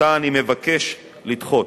שאותה אני מבקש לדחות.